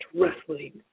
Wrestling